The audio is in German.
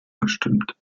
gestimmt